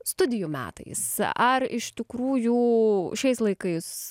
studijų metais ar iš tikrųjų šiais laikais